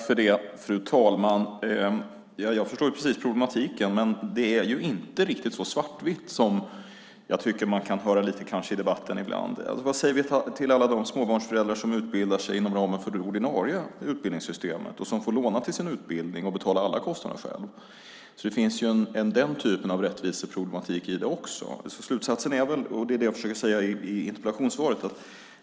Fru talman! Jag förstår precis problematiken. Men det är inte riktigt så svartvitt som man kanske ibland lite grann kan höra i debatten. Vad säger vi till alla de småbarnsföräldrar som utbildar sig inom ramen för det ordinarie utbildningssystemet och får låna till sin utbildning och betala alla kostnader själv? Det finns också den typen av rättviseproblematik. Slutsatsen är det som jag försöker säga i interpellationssvaret.